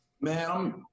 Man